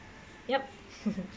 yup